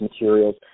materials